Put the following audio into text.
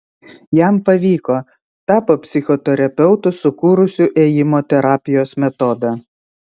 jam pavyko tapo psichoterapeutu sukūrusiu ėjimo terapijos metodą